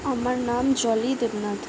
আমার নাম জলি দেবনাথ